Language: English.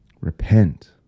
Repent